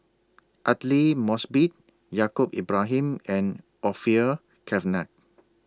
Aidli Mosbit Yaacob Ibrahim and Orfeur Cavenagh